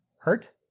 hert?